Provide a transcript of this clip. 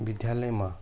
विद्यालयमा